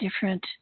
different